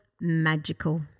magical